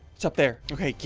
it's up there. okay,